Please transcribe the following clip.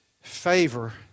Favor